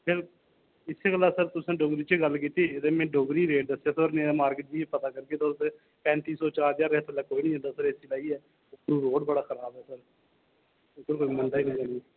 जी इस गल्ला सर तुसें डोगरी च गल्ल कीती ते में डोगरी च रेट दस्सेआ नेईं ते सर मार्किट च रेट पुच्छी लेऔ तुस पैंती सो चार हजार दे थल्ले कुसै नीं जाना रोड़ बड़ा खराब ऐ सर उद्धर कोई मंनदा नेईं जाने गी